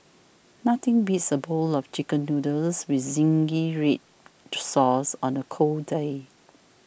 nothing beats a bowl of Chicken Noodles with Zingy Red Sauce on a cold day